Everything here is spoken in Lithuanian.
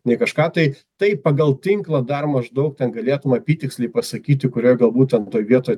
nei kažką tai taip pagal tinklą dar maždaug ten galėtum apytiksliai pasakyti kurioje galbūt ten toj vietoj